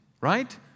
right